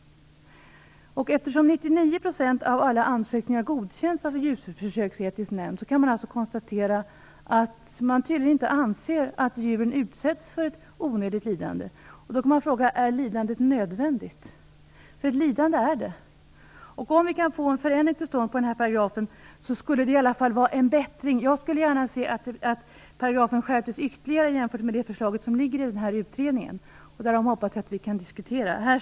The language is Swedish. Eftersom 99 % av alla ansökningar godkänns av en djurförsöksetisk nämnd kan man konstatera att de djurförsöksetiska nämnderna tydligen inte anser att djuren utsätts för onödigt lidande. Då kan man fråga om lidandet är nödvändigt, eftersom det är fråga om ett lidande. Om vi kan få en förändring till stånd av denna paragraf skulle det i alla fall innebära en förbättring. Jag skulle gärna se att paragrafen skärptes ytterligare jämfört med utredningens förslag. Jag hoppas att vi kan diskutera detta.